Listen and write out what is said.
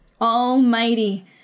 Almighty